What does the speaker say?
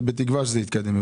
אתם בתקווה שזה יתקדם?